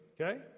Okay